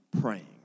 praying